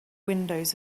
windows